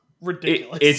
ridiculous